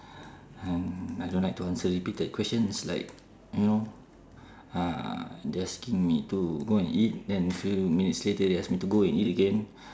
and I don't like to answer repeated questions like you know uh they asking me to go and eat then few minutes later they ask me to go and eat again